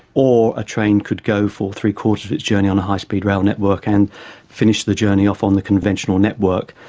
or a train could go for three-quarters of its journey on a high speed rail network and finish the journey off on the conventional network.